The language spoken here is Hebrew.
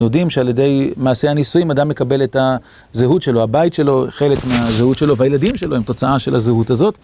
אנחנו יודעים שעל ידי מעשי הניסויים, אדם מקבל את הזהות שלו, הבית שלו, חלק מהזהות שלו, והילדים שלו הם תוצאה של הזהות הזאת.